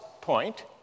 point